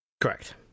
Correct